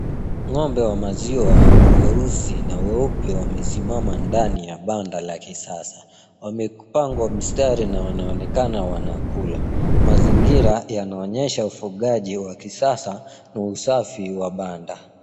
Ng'ombe wa maziwa, weusi na weupe wamesimama ndani ya banda la kisasa. Wamepangwa mstari na wanaonekana wanakula. Mazingira yanaonyesha ufugaji wa kisasa na usafi wa banda.